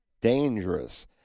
dangerous